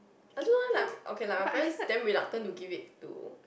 I don't know eh like okay like my parents damn reluctant to give it to